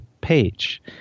page